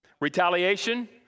retaliation